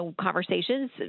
conversations